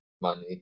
money